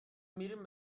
میریم